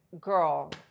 girl